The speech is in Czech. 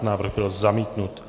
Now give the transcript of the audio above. Návrh byl zamítnut.